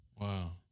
Wow